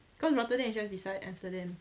cause rotterdam is just beside amsterdam